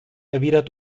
erwidert